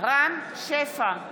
רם שפע,